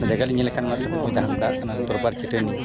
ᱚᱱᱟ ᱡᱟᱭᱜᱟᱞᱤᱧ ᱧᱮᱞ ᱞᱮᱠᱷᱟᱱ ᱚᱱᱟᱛᱮ ᱡᱟᱦᱟᱸ ᱠᱚ ᱢᱮᱛᱟᱜ ᱠᱟᱱᱟ ᱫᱚᱨᱵᱟᱨ ᱪᱟᱹᱴᱟᱱᱤ